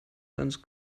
ganz